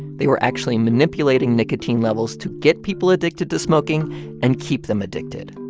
they were actually manipulating nicotine levels to get people addicted to smoking and keep them addicted.